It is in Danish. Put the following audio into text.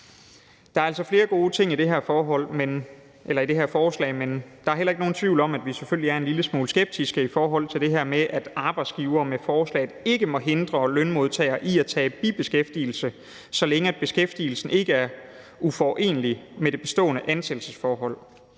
Der er altså flere gode ting i det her forslag, men der er heller ikke nogen tvivl om, at vi selvfølgelig er en lille smule skeptiske i forhold til det her med, at arbejdsgivere ifølge forslaget ikke må hindre lønmodtagere i at tage bibeskæftigelse, så længe beskæftigelsen ikke er uforenelig med det bestående ansættelsesforhold.